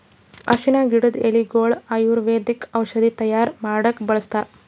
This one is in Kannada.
ಅರ್ಷಿಣ್ ಗಿಡದ್ ಎಲಿಗೊಳು ಆಯುರ್ವೇದಿಕ್ ಔಷಧಿ ತೈಯಾರ್ ಮಾಡಕ್ಕ್ ಬಳಸ್ತಾರ್